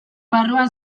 barruan